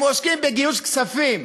הם עוסקים בגיוס כספים.